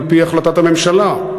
על-פי החלטת הממשלה,